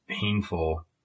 painful